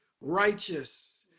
righteous